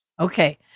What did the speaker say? okay